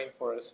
rainforest